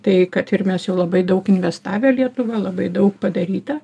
tai kad ir mes jau labai daug investavę lietuvą labai daug padaryta